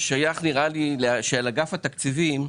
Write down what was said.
אגף התקציבים,